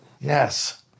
Yes